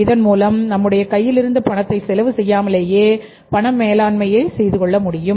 இதன் மூலம் நம்முடைய கையிலிருந்து பணத்தை செலவு செய்யாமலே பண மேலாண்மையை செய்துகொள்ள முடியும்